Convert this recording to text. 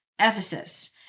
Ephesus